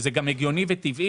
שזה גם הגיוני וטבעי